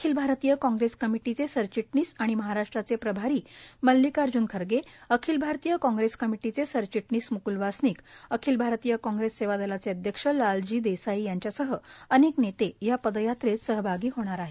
अखिल भारतीय काँग्रेस कमिटीचे सरचिटणीस आणि महाराष्ट्राचे प्रभारी मल्लिकार्ज्ञन खर्गेए अखिल भारतीय काँग्रेस कमिटीचे सरचिटणीस म्कूल वासनिकए अखिल भारतीय काँग्रेस सेवादलाचे अध्यक्ष लालजी देसाईए यांच्यासह अनेक नेते या पदयात्रेत सहभागी होणार आहेत